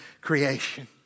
creation